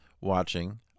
watching